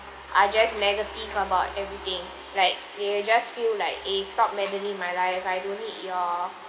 are just negative about everything like they will just feel like eh stop meddling my life I don't need your